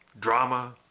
drama